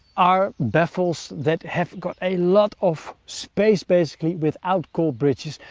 are baffles that have got a lot of space, basically, without cold bridges,